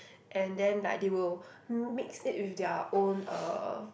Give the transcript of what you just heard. and then like they will mix it with their own uh